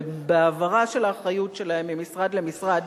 ובהעברה של האחריות להם ממשרד למשרד,